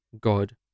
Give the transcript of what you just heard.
god